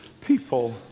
people